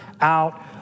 out